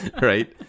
Right